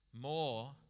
more